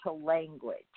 language